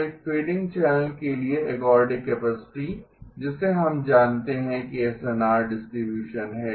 तो एक fading channel के लिए एर्गोडिक कैपेसिटी जिसमें हम जानते हैं कि एसएनआर डिस्ट्रीब्यूशन है